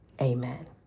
Amen